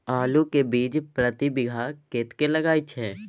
आलू के बीज प्रति बीघा कतेक लागय छै?